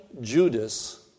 Judas